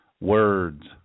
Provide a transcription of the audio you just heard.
words